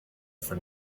for